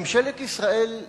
ממשלת ישראל הקצתה,